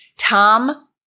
Tom